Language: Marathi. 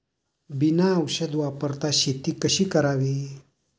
बिना औषध वापरता शेती कशी करावी?